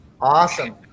awesome